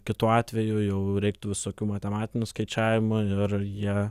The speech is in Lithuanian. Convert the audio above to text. kitu atveju jau reiktų visokių matematinių skaičiavimų ir jie